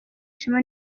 ishema